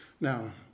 Now